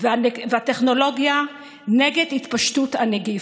והטכנולוגיה נגד התפשטות הנגיף.